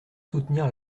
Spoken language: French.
soutenir